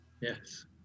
Yes